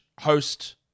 host